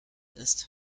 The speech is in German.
ist